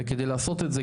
וכדי לעשות את זה,